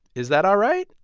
is that all right?